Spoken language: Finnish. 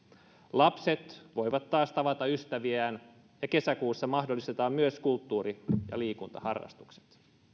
lapset voivat taas tavata ystäviään ja kesäkuussa mahdollistetaan myös kulttuuri ja liikuntaharrastukset